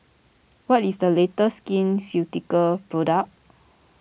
what is the latest Skin Ceutical product